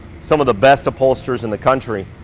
some of the best upholsters in the country,